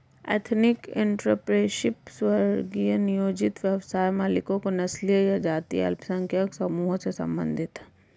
ethnic entrepreneurship, स्व नियोजित व्यवसाय मालिकों जो नस्लीय या जातीय अल्पसंख्यक समूहों से संबंधित हैं